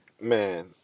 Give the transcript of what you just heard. Man